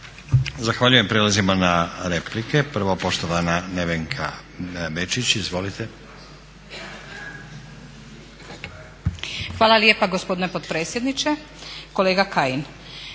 Zahvaljujem. Prelazimo na replike. Prvo poštovana Nevenka Bečić. **Bečić, Nevenka (HGS)** Hvala lijepa gospodine potpredsjedniče. Kolega Kajin,